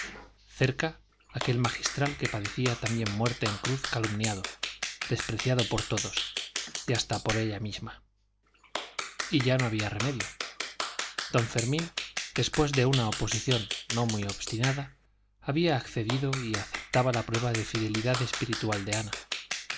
cerca de aquel magistral que padecía también muerte de cruz calumniado despreciado por todos y hasta por ella misma y ya no había remedio don fermín después de una oposición no muy obstinada había accedido y aceptaba la prueba de fidelidad espiritual de ana